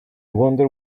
wonder